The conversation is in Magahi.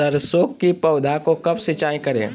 सरसों की पौधा को कब सिंचाई करे?